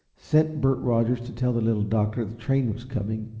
sent bert rogers to tell the little doctor the train was coming,